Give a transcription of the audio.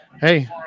hey